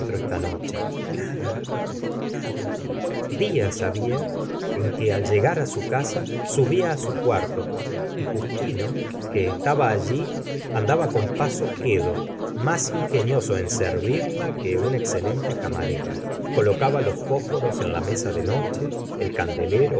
esta noche nada nada dras había en que al llegar á su casa subía á su cuarto y justino que estaba alli andaba con paso quedo m ás ingenioso en servirla que una ex celente camarera colocaba los fó sforos en la mesa de noche el candelero